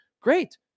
Great